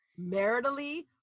maritally